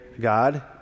God